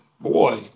boy